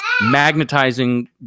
magnetizing